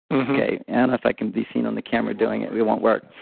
okay, and if i can be seen on the camera doing it, we won't work.